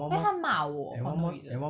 then 她骂我 for no reason